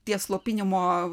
tie slopinimo